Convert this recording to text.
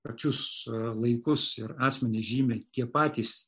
pačius laikus ir asmenis žymi tie patys